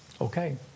Okay